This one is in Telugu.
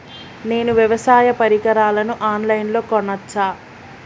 నేను వ్యవసాయ పరికరాలను ఆన్ లైన్ లో కొనచ్చా?